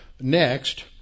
next